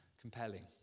compelling